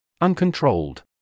uncontrolled